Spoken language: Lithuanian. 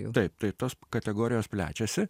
taip tai tos kategorijos plečiasi